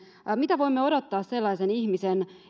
mitä voimme odottaa sellaisen ihmisen